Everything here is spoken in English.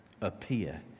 appear